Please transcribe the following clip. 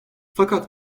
fakat